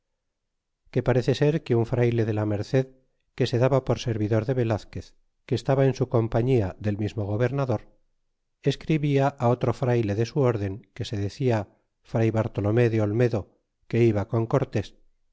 que parece ser que un frayle de la merced que se daba por servidor de velazquez que estaba en su compañia del mismo gobernador escribia otro frayle de su orden que se decia fray bartolomé de olmedo que iba con cortés